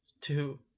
Two